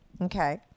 Okay